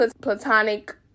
platonic